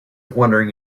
wondering